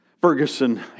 Ferguson